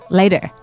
later